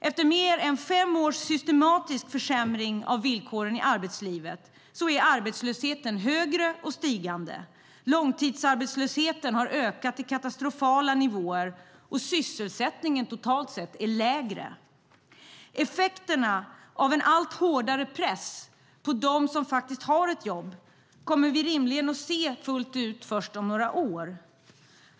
Efter mer än fem års systematisk försämring av villkoren i arbetslivet är arbetslösheten högre och stigande. Långtidsarbetslösheten har ökat till katastrofala nivåer, och sysselsättningen totalt sett är lägre. Effekterna av en allt hårdare press på dem som faktiskt har ett jobb kommer vi rimligen att se fullt ut först om några år.